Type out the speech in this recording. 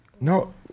No